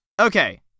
okay